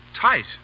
Tight